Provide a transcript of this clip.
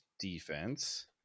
defense